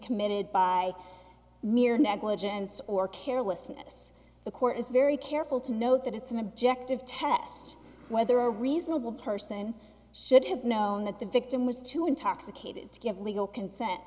committed by mere negligence or carelessness the court is very careful to note that it's an objective test whether a reasonable person should have known that the victim was too intoxicated to give legal consent